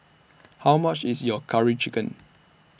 How much IS your Curry Chicken